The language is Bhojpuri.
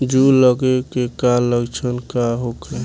जूं लगे के का लक्षण का होखे?